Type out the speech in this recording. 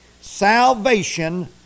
Salvation